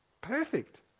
Perfect